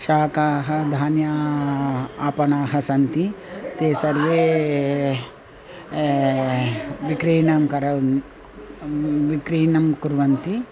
शाकाः धान्याः आपनानि सन्ति ते सर्वे विक्रयणं करोति विक्रयणं कुर्वन्ति